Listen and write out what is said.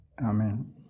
Amen